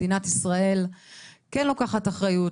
מדינת ישראל כן לוקחת אחריות,